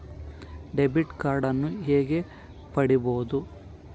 Debit ಕಾರ್ಡನ್ನು ಹೇಗೆ ಪಡಿಬೋದು?